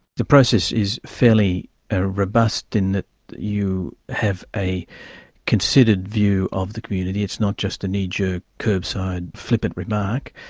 the process is fairly robust in that you have a considered view of the community, it's not just a knee-jerk curbside flippant remark,